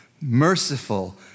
merciful